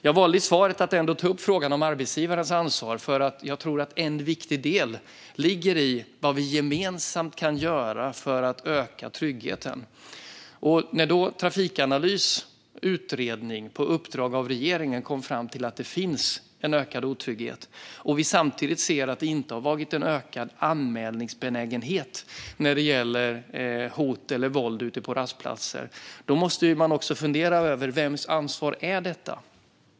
Jag valde att i svaret ta upp frågan om arbetsgivarnas ansvar. Jag tror att en viktig del ligger i vad vi gemensamt kan göra för att öka tryggheten. När Trafikanalys utredning, som gjordes på uppdrag av regeringen, kom fram till att det finns en ökad otrygghet och vi samtidigt ser att anmälningsbenägenheten inte har ökat när det gäller hot eller våld ute på rastplatser måste vi fundera över vems ansvar detta är.